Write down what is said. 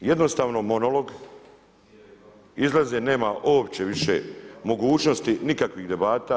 Jednostavno monolog, izlaza nema uopće više mogućnosti nikakvih debata.